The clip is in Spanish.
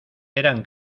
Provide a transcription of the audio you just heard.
eran